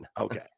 Okay